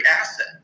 asset